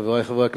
חברי חברי הכנסת,